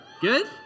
Good